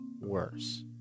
worse